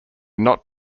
not